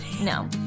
No